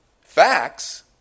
facts